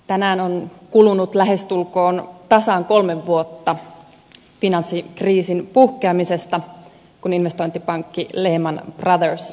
tänään on kulunut lähestulkoon tasan kolme vuotta finanssikriisin puhkeamisesta kun investointipankki lehman brothers kaatui konkurssiin